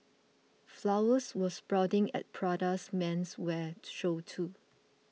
flowers were sprouting at Prada's menswear show too